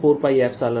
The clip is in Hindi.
dV प्राप्त होगा